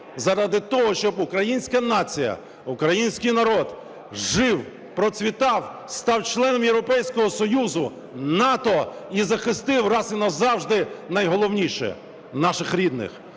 Заради того, щоб українська нація, український народ жив, процвітав, став членом Європейського Союзу, НАТО і захистив раз і назавжди найголовніше – наших рідних.